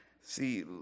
See